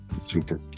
Super